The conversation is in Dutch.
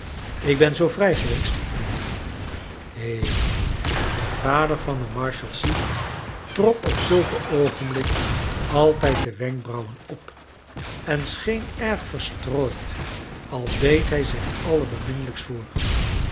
ik ben zoo vrij geweest mijnheer he de vader van de marshalsea trok op zulke oogenblikken altijd de wenkbrauwen op en scheen erg verstrooid al deed hij zich allerbeminnelrjkst voor